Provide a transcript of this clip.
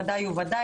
ודאי וודאי,